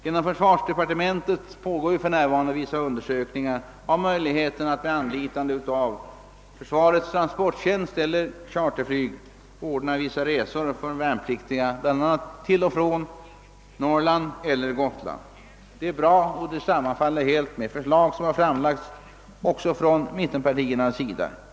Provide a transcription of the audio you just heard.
Inom försvarsdepartementet pågår för närvarande undersökningar om möjligheterna att med anlitande av försvarets transporttjänst eller charterflyg ordna vissa resor för de värnpliktiga, bl.a. till och från Norrland eller Gotland. Detta är bra och sammanfaller helt med de förslag som motionsvis framförts från mittenpartiernas sida.